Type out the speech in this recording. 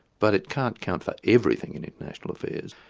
but it can't count for everything in international affairs.